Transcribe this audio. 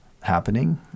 happening